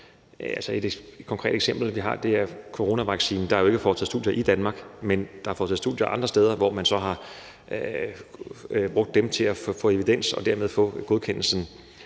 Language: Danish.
Et konkret eksempel, vi har, er coronavaccinen. Der er jo ikke foretaget studier af den i Danmark, men der er foretaget studier andre steder, hvor man så har brugt dem til at få evidens og dermed godkendelsen.